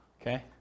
Okay